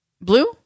Blue